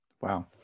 Wow